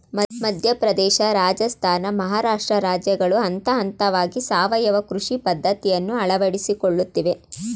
ಮಧ್ಯಪ್ರದೇಶ, ರಾಜಸ್ಥಾನ, ಮಹಾರಾಷ್ಟ್ರ ರಾಜ್ಯಗಳು ಹಂತಹಂತವಾಗಿ ಸಾವಯವ ಕೃಷಿ ಪದ್ಧತಿಯನ್ನು ಅಳವಡಿಸಿಕೊಳ್ಳುತ್ತಿವೆ